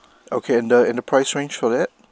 okay and the and the price range for that